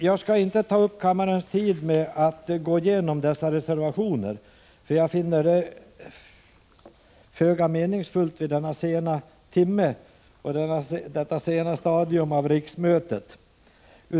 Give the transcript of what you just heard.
Jag skall inte ta upp kammarens tid med att gå igenom dessa reservationer, för jag finner det föga meningsfullt vid denna sena timme och på detta sena stadium av riksmötet.